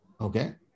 okay